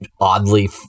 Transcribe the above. oddly